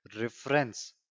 reference